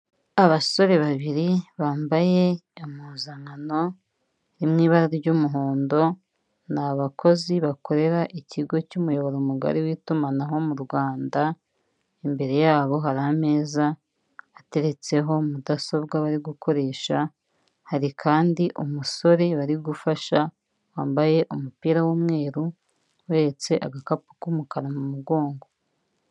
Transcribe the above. Abasore babiri bambaye impuzankano iri mu ibara ry'umuhondo, ni abakozi bakorera ikigo cy'umuyoboro mugari w'itumanaho mu Rwanda, imbere yabo hari ameza ateretseho mudasobwa bari gukoresha, hari kandi umusore bari gufasha wambaye umupira w'umweru, uhetse agakapu k'umukara mu mugongo.